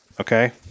Okay